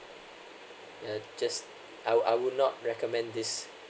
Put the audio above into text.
yeah just I would I would not recommend this